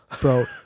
bro